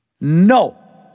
No